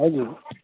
हजुर